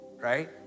Right